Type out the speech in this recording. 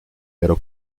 pero